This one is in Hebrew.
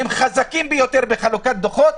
הם חזקים ביותר בחלוקת דוחות,